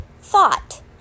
thought